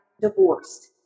divorced